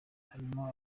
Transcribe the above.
harimwo